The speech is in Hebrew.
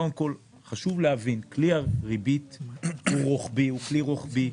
קודם כול, חשוב להבין, כלי הריבית הוא כלי רוחבי,